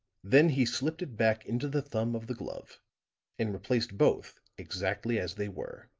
then he slipped it back into the thumb of the glove and replaced both exactly as they were